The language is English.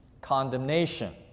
condemnation